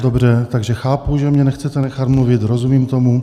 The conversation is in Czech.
Dobře, takže chápu, že mě nechcete nechat mluvit, rozumím tomu.